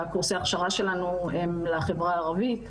קורסי ההכשרה שלנו הם לחברה הערבית,